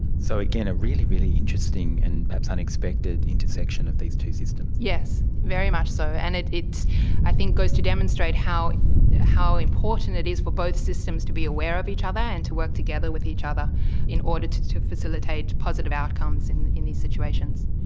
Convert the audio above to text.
so again, a really, really interesting and perhaps unexpected intersection of these two systems. yes, very much so, and it it i think goes to demonstrate how how important it is for both systems to be aware of each other and to work together with each other in order to to facilitate positive outcomes in in these situations.